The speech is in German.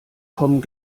kommen